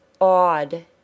odd